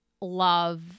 love